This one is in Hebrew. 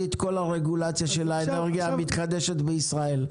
את כל הרגולציה של האנרגיה המתחדשת בישראל.